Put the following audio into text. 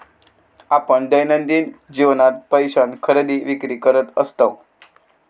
आपण दैनंदिन जीवनात पैशान खरेदी विक्री करत असतव